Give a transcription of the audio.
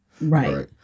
Right